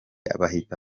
bahita